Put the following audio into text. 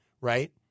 Right